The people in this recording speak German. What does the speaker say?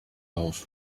auf